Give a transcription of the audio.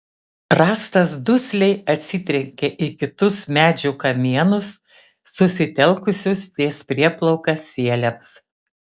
rąstas dusliai atsitrenkė į kitus medžių kamienus susitelkusius ties prieplauka sieliams